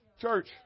Church